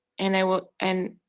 and i wa. and.